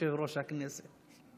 יושב-ראש הכנסת.